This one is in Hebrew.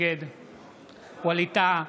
נגד ווליד טאהא,